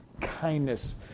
kindness